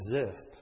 exist